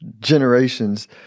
generations